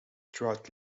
trout